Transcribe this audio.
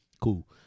cool